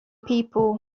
people